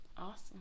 awesome